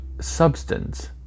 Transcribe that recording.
substance